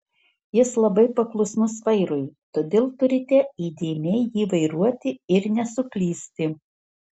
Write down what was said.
jis labai paklusnus vairui todėl turite įdėmiai jį vairuoti ir nesuklysti